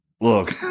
look